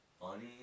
funny